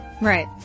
right